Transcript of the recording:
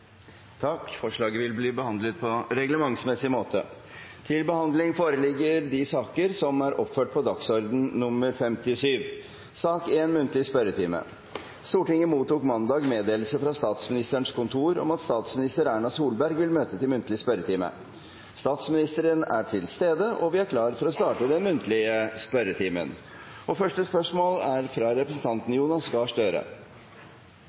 Forslaget vil bli behandlet på reglementsmessig måte. Stortinget mottok mandag meddelelse fra Statsministerens kontor om at statsminister Erna Solberg vil møte til muntlig spørretime. Statsministeren er til stede, og vi er klare til å starte den muntlige spørretimen. Første hovedspørsmål er fra representanten Jonas Gahr Støre.